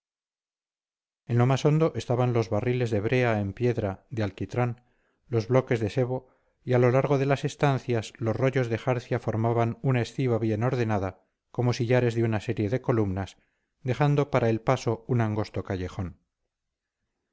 en lo más hondo estaban los barriles de brea en piedra de alquitrán los bloques de sebo y a lo largo de las estancias los rollos de jarcia formaban una estiba bien ordenada como sillares de una serie de columnas dejando para el paso un angosto callejón